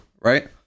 right